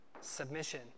Submission